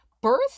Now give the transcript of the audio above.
birth